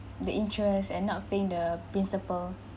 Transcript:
the interest and not paying the principal